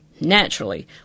Naturally